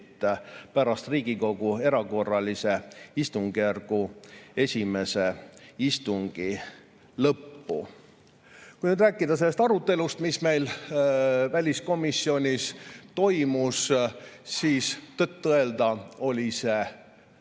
pärast Riigikogu erakorralise istungjärgu esimese istungi lõppu. Kui nüüd rääkida sellest arutelust, mis meil väliskomisjonis toimus, siis tõtt-öelda oli see üsna